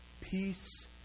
Peace